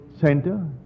center